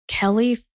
Kelly